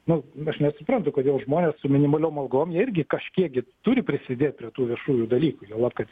nu aš nesuprantu kodėl žmonės su minimaliom algom jie irgi kažkiek gi turi prisidėti prie tų viešųjų dalykų juolab kad